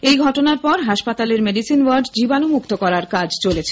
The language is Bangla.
এই ঘটনার পর হাসপাতালের মেডিসিন ওয়ার্ড জীবানুমুক্ত করার কাজ চলছে